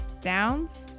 downs